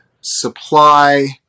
supply